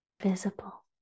visible